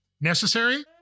Necessary